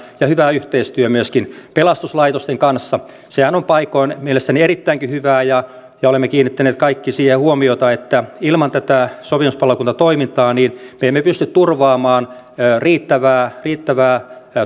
ja hyvä yhteistyö myöskin pelastuslaitosten kanssa sehän on paikoin mielestäni erittäinkin hyvää ja olemme kiinnittäneet kaikki siihen huomiota että ilman tätä sopimuspalokuntatoimintaa me emme pysty turvaamaan riittävää riittävää